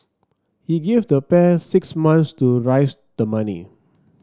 he gave the pair six months to raise the money